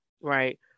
Right